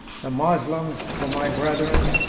the moslems for my brethren,